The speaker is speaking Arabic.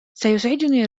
سيسعدني